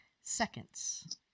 seconds